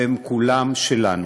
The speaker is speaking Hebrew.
והן כולם שלנו.